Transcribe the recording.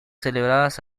celebradas